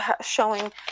showing